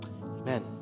Amen